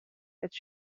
het